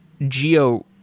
geo